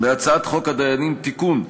הצעת חוק הדיינים (תיקון,